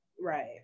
right